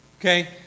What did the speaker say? okay